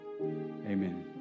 amen